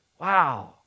Wow